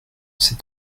ces